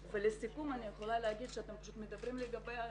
לסיכום אני יכולה לומר שאתם מדברים לגבי הכסף,